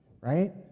Right